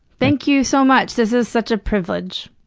thank you so much! this is such a privilege.